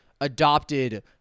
adopted